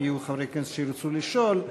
אם יהיו חברי כנסת שירצו לשאול,